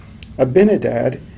Abinadad